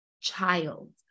child